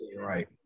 right